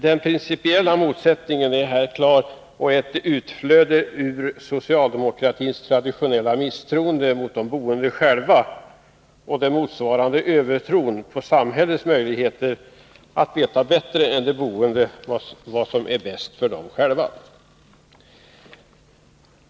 Den principiella motsättningen är klar och ett utflöde ur socialdemokratins traditionella misstroende mot de boende själva och den motsvarande övertron på samhällets möjligheter att veta bättre än de boende själva vad som är bäst för dem.